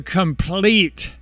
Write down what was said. complete